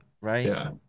right